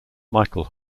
michael